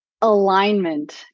alignment